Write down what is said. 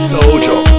Soldier